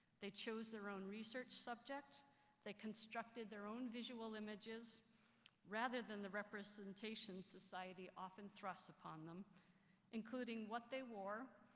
they chose their own research subject they constructed their own visual images rather than the representations society often thrust upon them including what they wore,